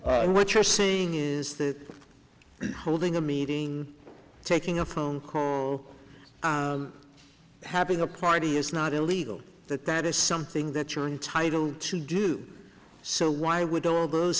less what you're saying is that holding a meeting taking a phone call having a party is not illegal that that is something that you're entitled to do so why would all those